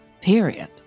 Period